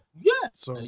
yes